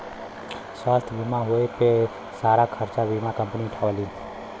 स्वास्थ्य बीमा होए पे सारा खरचा बीमा कम्पनी उठावेलीन